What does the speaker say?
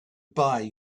buy